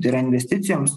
tai yra investicijoms